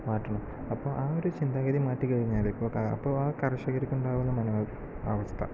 മാറ്റുന്നു അപ്പം ആ ഒരു ചിന്താഗതി മാറ്റി കഴിഞ്ഞാല് ഇപ്പോൾ അ അപ്പോൾ ആ കർഷർക്കുണ്ടാകുന്ന മനോ അവസ്ഥ